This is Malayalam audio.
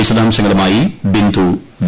വിശദാംശങ്ങളുമായി ബിന്ദു വി